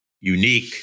unique